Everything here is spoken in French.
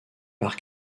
par